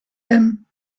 him